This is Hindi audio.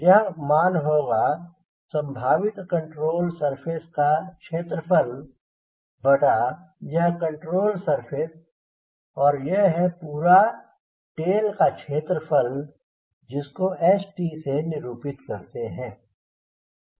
यह मान होगा संभावित कंट्रोल सरफेस का क्षेत्र फल बटा यह कंट्रोल सरफेस और यह है पूरा टेल का क्षेत्र फल इसको St से निरूपित करते हैं